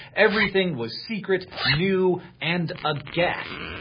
everything was secret, new, and a guess.